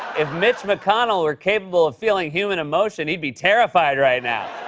if mitch mcconnell were capable of feeling human emotion, he'd be terrified right now.